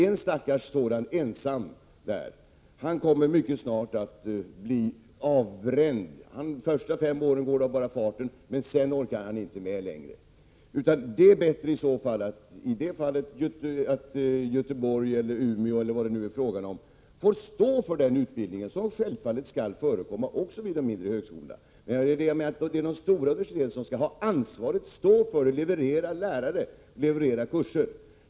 En stackars ensam lärare kommer att bli 15 utbränd. De första fem åren går av bara farten, men sedan orkar han inte längre. Då är det bättre att Göteborg eller Umeå eller något annat universitet får stå för den utbildningen, vilken självfallet skall förekomma också vid de mindre högskolorna. Det är det stora universitetet som skall ha ansvaret, leverera lärare och kurser.